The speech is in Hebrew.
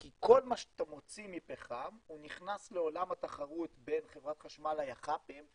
כי כל מה שאתה מוציא מפחם נכנס לעולם התחרות בין חברת החשמל ליח"פים,